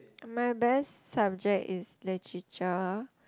my best subject is Literature